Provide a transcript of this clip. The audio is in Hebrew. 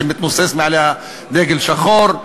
שמתנוסס מעליה דגל שחור,